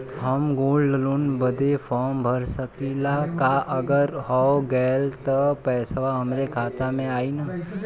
हम gold loan बड़े form भर सकी ला का अगर हो गैल त पेसवा हमरे खतवा में आई ना?